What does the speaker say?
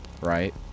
Right